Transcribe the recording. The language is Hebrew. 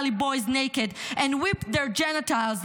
boys naked and whipped their genitals,